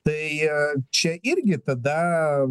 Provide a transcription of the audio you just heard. tai čia irgi tada